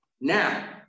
Now